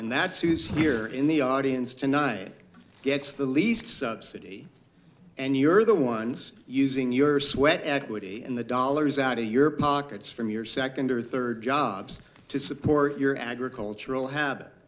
and that's who's here in the audience tonight gets the least subsidy and you're the ones using your sweat equity and the dollars out of your pockets from your second or third jobs to support your agricultural habit